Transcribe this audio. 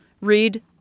Read